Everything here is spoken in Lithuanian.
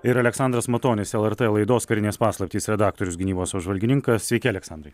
ir aleksandras matonis lrt laidos karinės paslaptys redaktorius gynybos apžvalgininkas sveiki aleksandrai